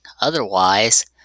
otherwise